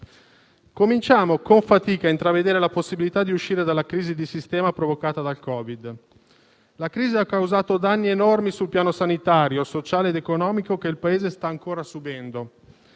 Cominciamo con fatica ad intravedere la possibilità di uscire dalla crisi di sistema provocata dal Covid. La crisi ha causato danni enormi sul piano sanitario, sociale ed economico, che il Paese sta ancora subendo,